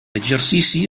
exercici